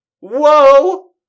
Whoa